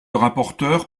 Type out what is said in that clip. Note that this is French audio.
rapporteur